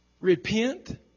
Repent